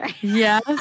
Yes